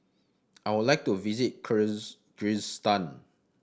I would like to visit Kyrgyzstan